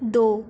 ਦੋ